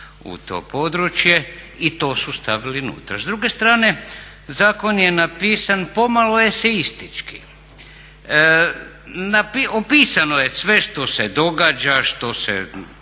u to područje i to su stavili nutra. S druge strane, zakon je napisan pomalo esejistički. Opisano je sve što se događa, što se